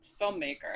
filmmaker